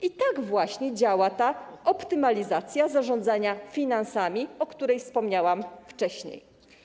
I tak właśnie działa ta optymalizacja zarządzania finansami, o której wspomniałam wcześniej.